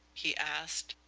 he asked,